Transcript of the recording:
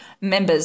members